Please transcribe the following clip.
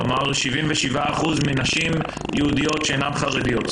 כלומר 77% מנשים יהודיות שאינן חרדיות.